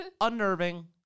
unnerving